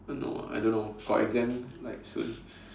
no I don't know got exam like soon